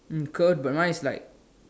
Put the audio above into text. mm curled but mine is like